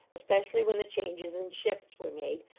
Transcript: especially when the changes in shifts were made,